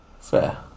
fair